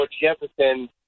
Jefferson